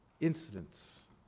incidents